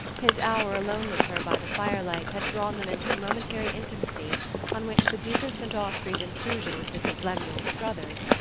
his hour alone with her by the firelight had drawn them into a momentary intimacy on which the duke of st. austrey's intrusion with mrs. lemuel struthers,